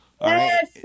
Yes